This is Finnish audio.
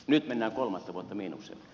nyt mennään kolmatta vuotta miinuksella